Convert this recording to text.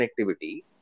connectivity